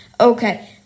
Okay